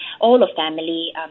all-of-family